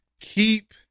keep